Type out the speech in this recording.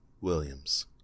Williams